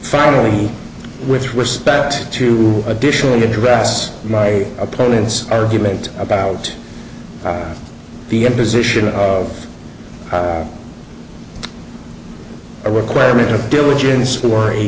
finally with respect to additionally address my opponent's argument about the imposition of a requirement of diligence